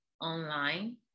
online